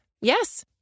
Yes